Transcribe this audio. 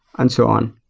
and so on.